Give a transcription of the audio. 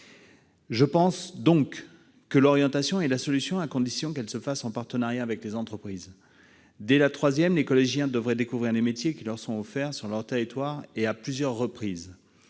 Je pense que l'orientation est la solution à condition qu'elle se fasse en partenariat avec les entreprises. Dès la troisième, les collégiens devraient découvrir les métiers qui leur sont offerts sur leur territoire, et à plusieurs reprises.